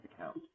account